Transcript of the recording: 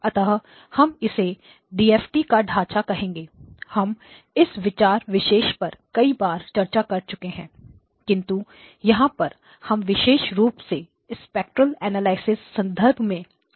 अतः हम इसे डीएफटी DFT का ढाँचा कहेंगे हम इस विचार विशेष पर कई बार चर्चा कर चुके हैं किंतु यहां पर हम विशेष रूप से स्पेक्ट्रल एनालिसिस संदर्भ में इसकी विवेचना करेंगे